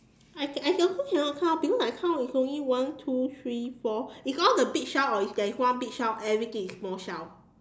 I I also cannot count because I count it's only one two three four it's all the big shell or is there is one big shell everything is small shell